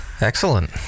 excellent